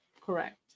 Correct